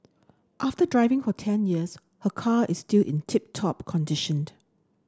after driving for ten years her car is still in tip top